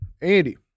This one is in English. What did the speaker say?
Andy